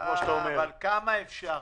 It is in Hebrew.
כמה אפשר?